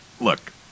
Look